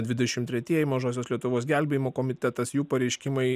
dvidešim tretieji mažosios lietuvos gelbėjimo komitetas jų pareiškimai